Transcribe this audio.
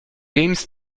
games